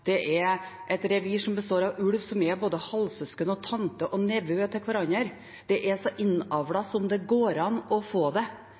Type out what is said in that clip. et revir som består av ulv som er både halvsøsken, tante og nevø til hverandre. Det er så innavla som det går an å få det,